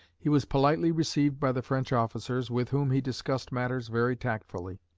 he was politely received by the french officers, with whom he discussed matters very tactfully.